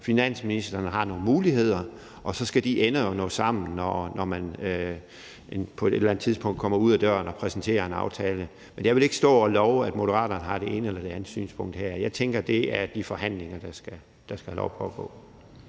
Finansministeren har nogle muligheder. Og så skal de ender jo nå sammen, når man på et eller andet tidspunkt kommer ud ad døren og præsenterer en aftale. Men jeg vil ikke stå og love, at Moderaterne har det ene eller det andet synspunkt her. Jeg tænker, at de forhandlinger skal have lov at pågå.